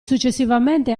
successivamente